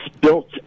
built